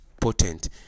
potent